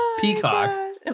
peacock